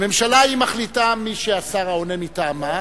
הממשלה היא המחליטה מי השר העונה מטעמה,